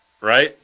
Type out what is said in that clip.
right